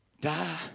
die